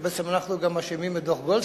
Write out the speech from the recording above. שבעצם אנחנו גם אשמים בדוח-גולדסטון.